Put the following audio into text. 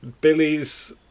Billy's